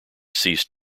ceased